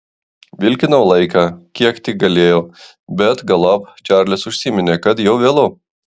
vilkinau laiką kiek tik galėjau bet galop čarlis užsiminė kad jau vėlu